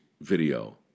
video